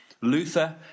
Luther